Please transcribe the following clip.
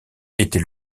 était